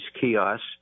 kiosks